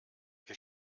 wir